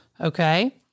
okay